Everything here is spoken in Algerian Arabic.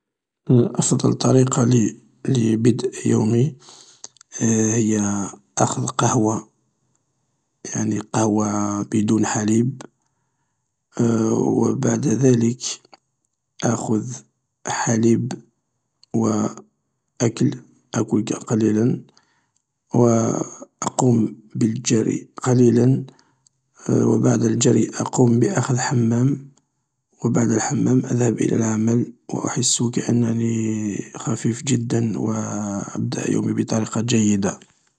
﻿أفضل طريقة ل-لبدأ يومي، هي أخذ قهوة، يعني قهوة بدون حليب. و بعد ذلك آخذ حليب و أكل آكل قليلا و أقوم بالجري قليلا و بعد الجري أقوم بأخذ حمام و بعد الحمام أذهب إلى العمل. أحس بأنني خفيف جدا و أبدأ يومي بطريقة جيدة.